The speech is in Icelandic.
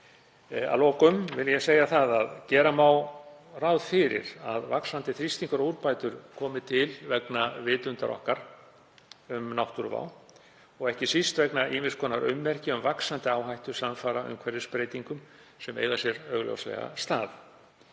Að lokum vil ég segja að gera má ráð fyrir að vaxandi þrýstingur á úrbætur komi til vegna vitundar okkar um náttúruvá og ekki síst vegna ýmiss konar ummerkja um vaxandi hættu samfara umhverfisbreytingum sem eiga sér augljóslega stað.